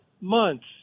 months